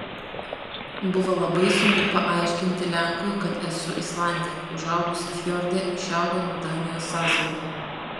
buvo labai sunku paaiškinti lenkui kad esu islandė užaugusi fjorde į šiaurę nuo danijos sąsiaurio